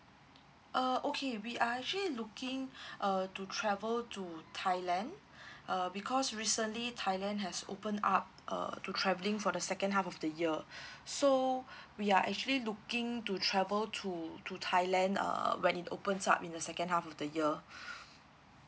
uh okay we are actually looking uh to travel to thailand uh because recently thailand has open up uh to travelling for the second half of the year so we are actually looking to travel to to thailand uh when it opens up in the second half of the year